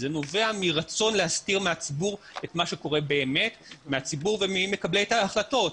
זה נובע מרצון להסתיר מהציבור וממקבלי ההחלטות